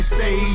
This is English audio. Stay